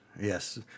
Yes